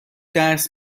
درس